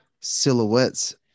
silhouettes